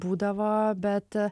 būdavo bet